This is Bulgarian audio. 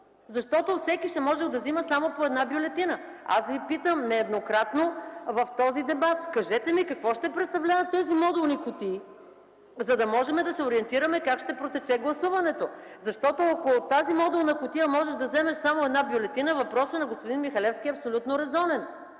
защото всеки ще можел да взема само по една бюлетина. Аз ви питам нееднократно в този дебат: кажете ми какво ще представляват тези модулни кутии, за да можем да се ориентираме как ще протече гласуването? Ако от тази модулна кутия можеш да вземеш само една бюлетина и ако сбъркаш преференцията, въпросът на господин Михалевски е абсолютно резонен.